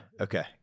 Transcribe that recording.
Okay